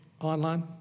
online